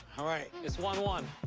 all right. it's one one.